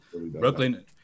Brooklyn